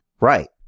Right